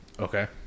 Okay